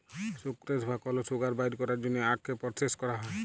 sucrose বা কল sugar বাইর ক্যরার জ্যনহে আখকে পরসেস ক্যরা হ্যয়